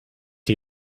die